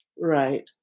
Right